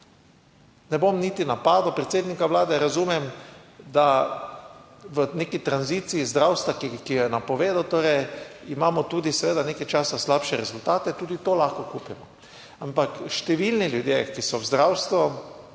ne bom niti napadel predsednika Vlade, razumem, da v neki tranziciji zdravstva, ki jo je napovedal, torej imamo tudi seveda nekaj časa slabše rezultate, tudi to lahko kupimo. Ampak številni ljudje, ki so v zdravstvu,